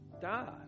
Die